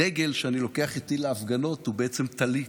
הדגל שאני לוקח איתי להפגנות הוא בעצם טלית.